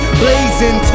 blazing